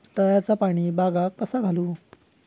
तळ्याचा पाणी बागाक कसा घालू?